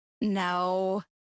No